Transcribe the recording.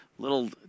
Little